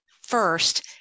first